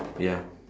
ya